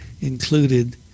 included